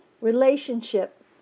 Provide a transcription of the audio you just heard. relationship